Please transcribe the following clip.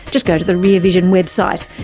just go to the rear vision website.